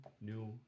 new